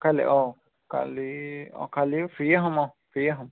কাইলৈ অ কালি অ কালিও ফ্ৰীয়ে হ'ম অ ফ্ৰীয়ে হ'ম